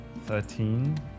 Thirteen